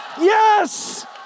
Yes